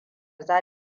za